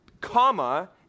comma